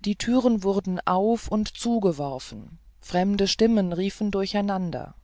die türen wurden auf und zugeworfen fremde stimmen riefen durcheinander